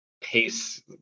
pace